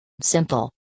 Simple